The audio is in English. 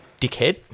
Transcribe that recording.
dickhead